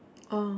oh